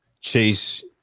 chase